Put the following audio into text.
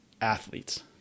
athletes